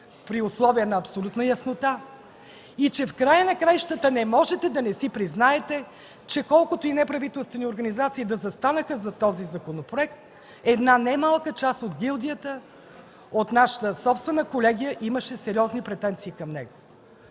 при условия на абсолютна яснота, и че в края на краищата не можете да не си признаете, че колкото и неправителствени организации да застанаха зад този законопроект една немалка част от гилдията, от нашата собствена колегия имаше сериозни претенции към него.